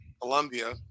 colombia